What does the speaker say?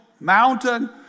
mountain